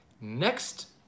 next